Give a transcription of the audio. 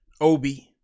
Obi